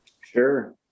Sure